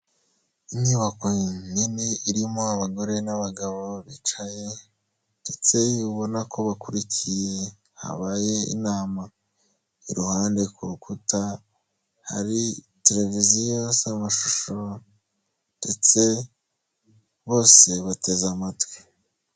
Inyubako nini irimo abagore n'abagabo bicaye ndetse ubona ko bakurikiye, habaye inama, iruhande ku rukuta hari televiziyo z'amashusho ndetse bose bateze amatwi.